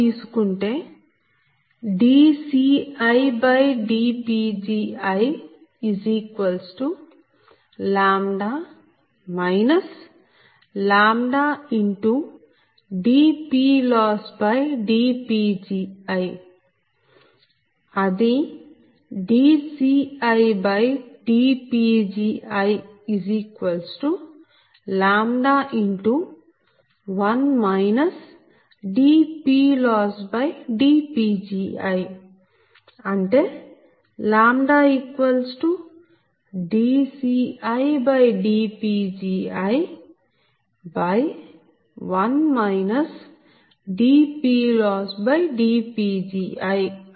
తీసుకుంటే dCidPgiλ dPLossdPgi అది dCidPgiλ1 dPLossdPgi అంటే λdCidPgi1 dPLossdPgi అని రాయచ్చు